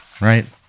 Right